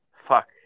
fuck